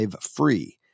free